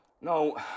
No